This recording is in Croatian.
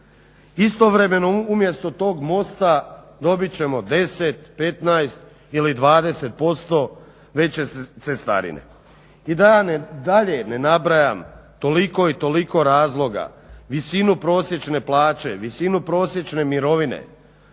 Istovremeno umjesto tog mosta dobit ćemo 10, 15 ili 20% veće cestarine i da dalje nabrajam toliko i toliko razloga, visinu prosječne plaće, visinu prosječne mirovine.